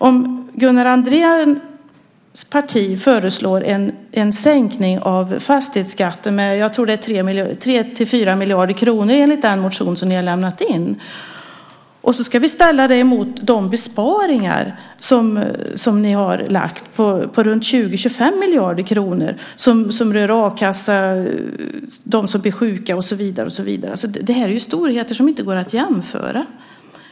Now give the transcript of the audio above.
Om Gunnar Andréns parti föreslår en sänkning av fastighetsskatten med, tror jag, 3-4 miljarder kronor enligt den motion som ni har lämnat in och det ska ställas mot de förslag om besparingar på runt 20-25 miljarder kronor som ni har lagt fram och som rör a-kassan, dem som blir sjuka och så vidare är det storheter som det inte går att jämföra.